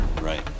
right